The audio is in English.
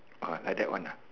uh like that one ah